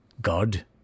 God